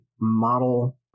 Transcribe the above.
model